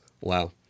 Wow